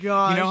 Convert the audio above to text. God